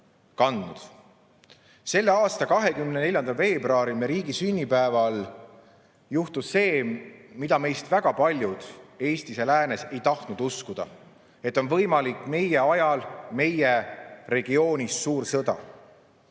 Selle aasta 24. veebruaril, me riigi sünnipäeval juhtus see, mida meist väga paljud Eestis ja läänes ei tahtnud uskuda: et on võimalik meie ajal meie regioonis suur sõda.